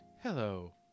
Hello